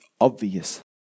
obvious